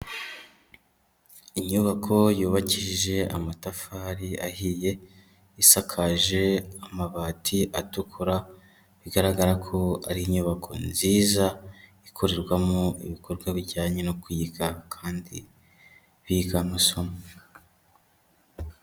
Inyubako yubakishije amatafari ahiye, isakaje amabati atukura, bigaragara ko ari inyubako nziza, ikorerwamo ibikorwa bijyanye no kwiga kandi biga amasomo.